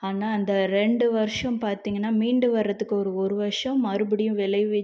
ஆனால் அந்த ரெண்டு வருஷம் பார்த்திங்கனா மீண்டு வர்றத்துக்கு ஒரு ஒரு வர்ஷ மறுபடியும் விளைவிச்சு